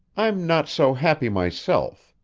i'm not so happy myself,